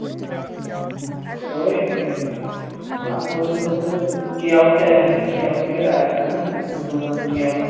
سورُے ہا اَتھ منٛز ٲسۍ مےٚ ضروٗرت یِم کیلہٕ تہِ آسَن کیلہٕ وغیرہ آسَن نا دٲن کیلہٕ